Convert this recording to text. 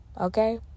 okay